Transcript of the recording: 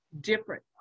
different